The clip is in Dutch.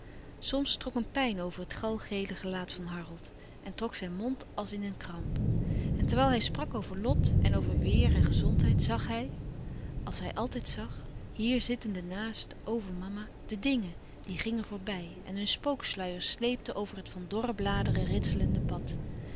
soms trok een pijn over het galgele gelaat van harold en trok zijn mond als in een kramp en terwijl hij sprak over lot en over weêr en gezondheid zag hij als hij altijd zag hier zittende naast over mama de dingen die gingen voorbij en hun spooksluiers sleepten over het van dorre bladeren ritselende pad